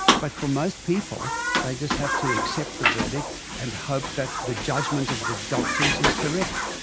but for most people they just have to accept the verdict and hope that the judgement of the doctors is correct.